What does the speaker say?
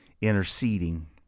interceding